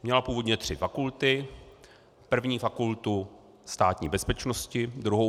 Měla původně tři fakulty, první Fakultu Státní bezpečnosti, druhou